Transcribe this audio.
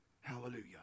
Hallelujah